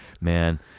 man